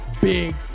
big